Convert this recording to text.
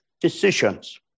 decisions